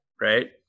right